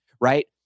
Right